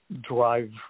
drive